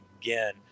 again